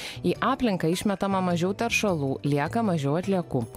į aplinką išmetama mažiau teršalų lieka mažiau atliekų